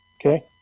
Okay